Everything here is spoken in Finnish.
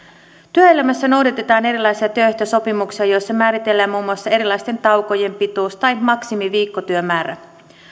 työelämässä noudatetaan erilaisia työehtosopimuksia joissa määritellään muun muassa erilaisten taukojen pituus tai maksimiviikkotyömäärä